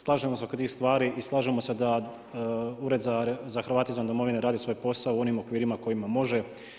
Slažemo se oko tih stvari i slažemo se da u Ured za Hrvate izvan domovine rade svoj posao u onim okvirima kojima može.